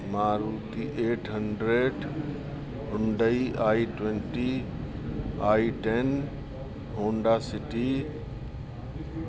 Maruti eight hundred Hyundai I twenty I ten Honda city